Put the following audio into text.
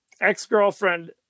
Ex-girlfriend